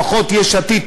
לפחות יש עתיד,